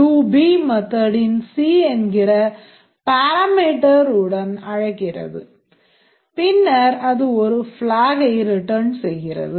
doB method c என்கிற parameter உடன் அழைக்கிறது பின்னர் அது ஒரு flag ஐ ரிட்டர்ன் செய்கிறது